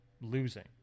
losing